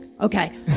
okay